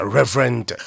Reverend